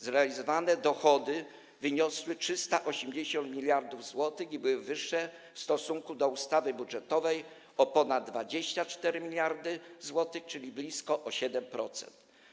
Zrealizowane dochody wyniosły 380 mld zł i były wyższe w stosunku do ustawy budżetowej o ponad 24 mld zł, czyli blisko o 7%.